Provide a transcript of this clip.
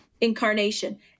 incarnation